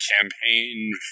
campaign